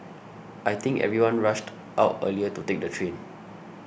I think everyone rushed out earlier to take the train